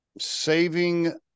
saving